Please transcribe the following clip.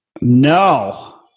No